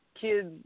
kids